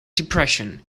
depression